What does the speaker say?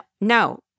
no